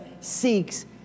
seeks